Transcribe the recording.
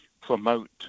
promote